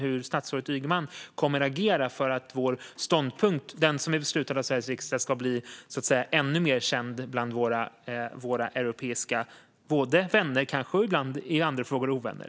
Hur kommer de att agera för att vår ståndpunkt, den som är beslutad om av Sveriges riksdag, ska bli ännu mer känd både bland våra europeiska vänner och, ibland kanske i andra frågor, bland våra ovänner?